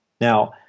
Now